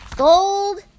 Gold